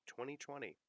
2020